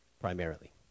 primarily